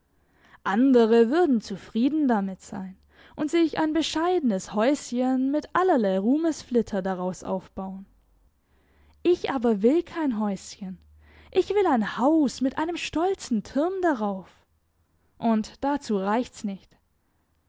andere würden zufrieden damit sein und sich ein bescheidenes häuschen mit allerlei ruhmesflitter daraus aufbauen ich aber will kein häuschen ich will ein haus mit einem stolzen turm darauf und dazu reicht's nicht